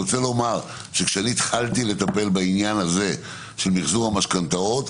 כשאני התחלתי לטפל בעניין הזה של מחזור המשכנתאות,